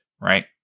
right